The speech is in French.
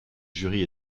jury